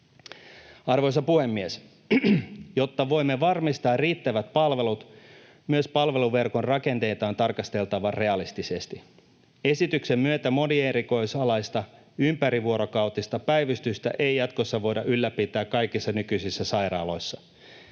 Arvoisa puhemies! Jotta voimme varmistaa riittävät palvelut, myös palveluverkon rakenteita on tarkasteltava realistisesti. Esityksen myötä monierikoisalaista ympärivuorokautista päivystystä ei jatkossa voida ylläpitää kaikissa nykyisissä sairaaloissa.